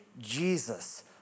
Jesus